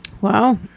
Wow